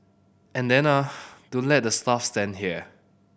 and then ah don't let the staff stand here